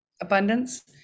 abundance